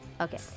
Okay